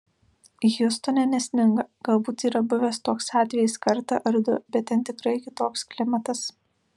hjustone nesninga galbūt yra buvęs toks atvejis kartą ar du bet ten tikrai kitoks klimatas